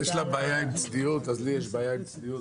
יש לה בעיה עם צניעות אז לי יש בעיה עם צניעות.